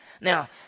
Now